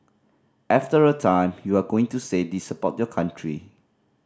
after a time you are going to say this about your country